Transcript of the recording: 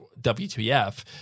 WTF